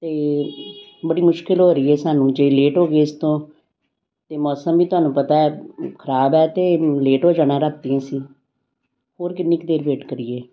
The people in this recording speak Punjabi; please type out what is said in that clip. ਅਤੇ ਬੜੀ ਮੁਸ਼ਕਲ ਹੋ ਰਹੀ ਹੈ ਸਾਨੂੰ ਜੇ ਲੇਟ ਹੋ ਗਏ ਇਸ ਤੋਂ ਤਾਂ ਮੌਸਮ ਵੀ ਤੁਹਾਨੂੰ ਪਤਾ ਹੈ ਖਰਾਬ ਹੈ ਅਤੇ ਲੇਟ ਹੋ ਜਾਣਾ ਰਾਤੀ ਅਸੀਂ ਹੋਰ ਕਿੰਨੀ ਕੁ ਦੇਰ ਵੇਟ ਕਰੀਏ